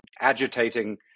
agitating